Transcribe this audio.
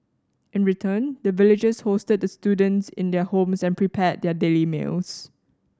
in return the villagers hosted the students in their homes and prepared their daily meals